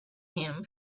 him